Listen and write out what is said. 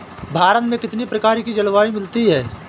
भारत में कितनी प्रकार की जलवायु मिलती है?